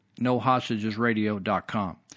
nohostagesradio.com